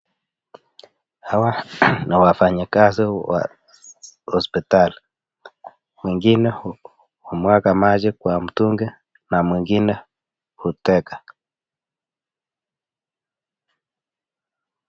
Hawa ni wafanyikazi wa hospitali. Wengine wanamwaga maji kwa mtungi na mwengine huteka.